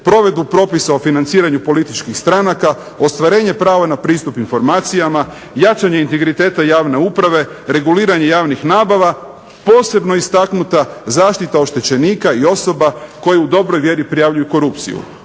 provedbu propisa o financiranju političkih stranaka, ostvarenje prava na pristup informacijama, jačanje integriteta javne uprave, reguliranje javnih nabava posebno istaknuta zaštita oštećenika i osoba koji u dobroj vjeri prijavljuju korupciju.